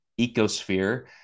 ecosphere